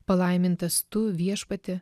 palaimintas tu viešpatie